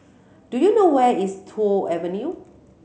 do you know where is Toh Avenue